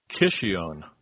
Kishion